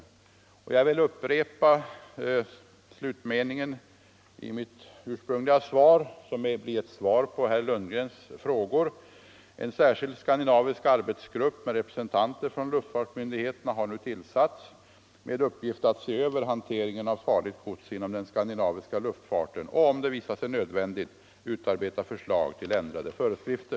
Såsom ett svar på herr Lundgrens frågor vill jag upprepa slutmeningen i mitt ursprungliga svar: ”Vidare har i år en särskild skandinavisk arbetsgrupp med representanter från luftfartsmyndigheterna tillsatts med uppgift att se över hanteringen av farligt gods inom den skandinaviska luftfarten och, om det visar sig nödvändigt, utarbeta förslag till ändrade föreskrifter.”